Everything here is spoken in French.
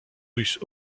russe